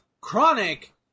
Chronic